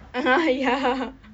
ah ya